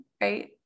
Right